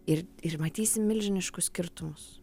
ir ir matysim milžiniškus skirtumus